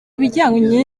bijyanye